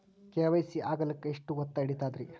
KYC ಆಗಲಕ್ಕ ಎಷ್ಟ ಹೊತ್ತ ಹಿಡತದ್ರಿ?